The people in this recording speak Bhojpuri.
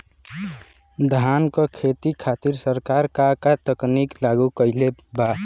धान क खेती खातिर सरकार का का तकनीक लागू कईले बा?